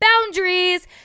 boundaries